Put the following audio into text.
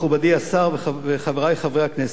מכובדי השר וחברי חברי הכנסת,